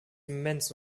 immens